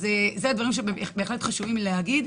אלו דברים שבהחלט חשוב להגיד.